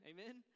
Amen